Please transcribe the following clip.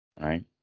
Right